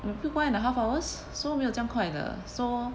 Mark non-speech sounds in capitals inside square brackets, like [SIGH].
[NOISE] one and a half hours so 没有这样快的 so